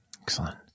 Excellent